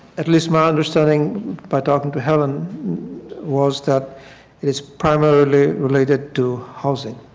at least my understanding by talking to helen was that it is primarily related to housing.